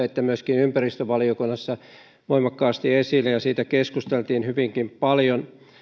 että myöskin ympäristövaliokunnassa voimakkaasti esillä ja siitä keskusteltiin hyvinkin paljon